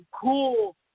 cool